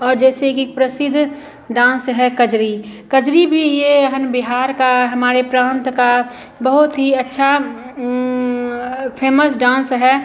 और जैसे कि प्रसिद्ध डांस है कजरी कजरी भी यह है ना बिहार का हमारे प्रांत का बहुत ही अच्छा फेमस डांस है